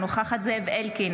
אינה נוכחת זאב אלקין,